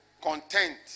Content